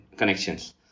connections